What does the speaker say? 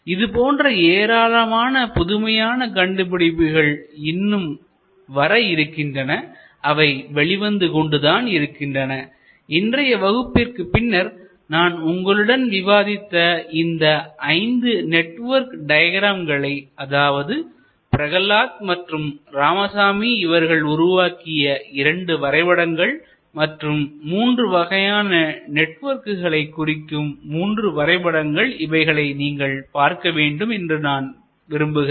இது போன்ற ஏராளமான புதுமையான கண்டுபிடிப்புகள் இன்னும் வர இருக்கின்றன அவை வெளிவந்து கொண்டுதான் இருக்கின்றன இன்றைய வகுப்பிற்கு பின்னர் நான் உங்களுடன் விவாதித்த இந்த 5 நெட்வொர்க் டயக்ராம்களை அதாவது பிரகலாத் மற்றும் ராமசாமி இவர்கள் உருவாக்கிய இரண்டு வரைபடங்கள் மற்றும் மூன்று வகையான நெட்வொர்க்குகளை குறிக்கும் மூன்று வரைபடங்கள் இவைகளை நீங்கள் பார்க்க வேண்டும் என்று விரும்புகிறேன்